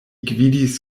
gvidis